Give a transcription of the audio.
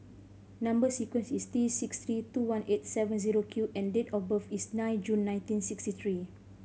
number sequence is T six three two eight one seven zero Q and date of birth is nine June nineteen sixty three